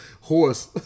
horse